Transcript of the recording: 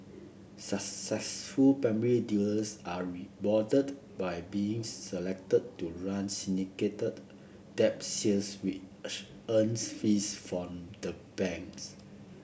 successful primary dealers are rewarded by being selected to run syndicated debt sales which earn fees for the banks